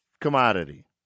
commodity